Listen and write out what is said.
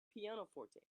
pianoforte